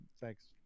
thanks